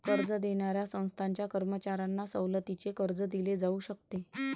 कर्ज देणाऱ्या संस्थांच्या कर्मचाऱ्यांना सवलतीचे कर्ज दिले जाऊ शकते